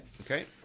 okay